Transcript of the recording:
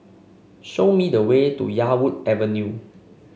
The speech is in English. show me the way to Yarwood Avenue